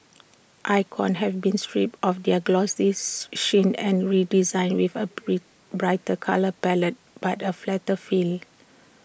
icons have been stripped of their glossy sheen and redesigned with A brighter colour palette but A flatter feel